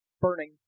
burning